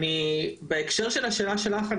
בהקשר של השאלה שלך,